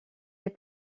les